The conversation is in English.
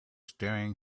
staring